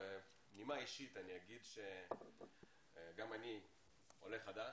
בנימה אישית, אני אגיד שגם אני עולה חדש,